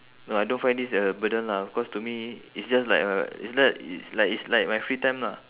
I don't find this a burden lah because to me it's just like uh it's like it's like it's like my free time lah